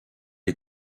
les